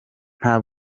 nta